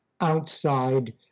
outside